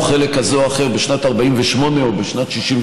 אף אחת מהן לא הייתה קיימת אם לא היה טרור.